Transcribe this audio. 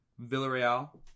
Villarreal